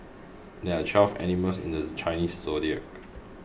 there are twelve animals in the Chinese zodiac